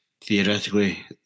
theoretically